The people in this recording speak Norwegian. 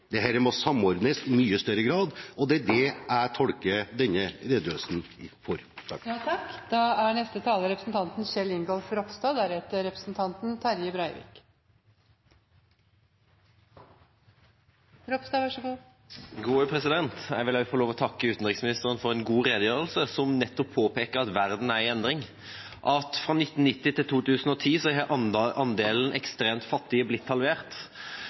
må samordnes i mye større grad, og det er slik jeg tolker denne redegjørelsen. Jeg vil også få lov til å takke utenriksministeren for en god redegjørelse, som nettopp påpeker at verden er i endring, og at fra 1990 til 2010 har andelen ekstremt fattige blitt halvert.